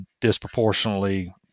disproportionately